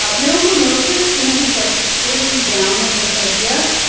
but you know who knows this? you know who's like totally down with this idea?